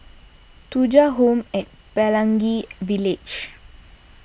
Thuja Home at Pelangi Village